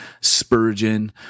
Spurgeon